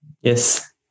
Yes